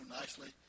nicely